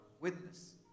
witness